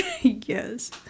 Yes